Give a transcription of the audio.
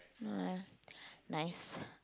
no eh nice